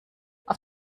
auf